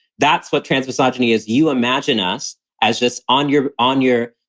that's what trans misogyny is. you imagine us as just on your, on your,